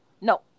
No